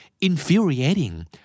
infuriating